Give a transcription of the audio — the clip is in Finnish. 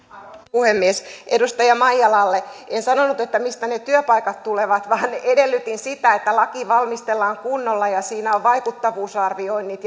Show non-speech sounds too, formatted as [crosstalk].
puhemies edustaja maijalalle en sanonut mistä ne työpaikat tulevat vaan edellytin sitä että laki valmistellaan kunnolla ja siinä on vaikuttavuusarvioinnit [unintelligible]